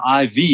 IV